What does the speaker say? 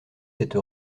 cette